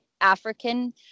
African